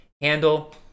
handle